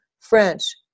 French